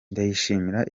ndashimira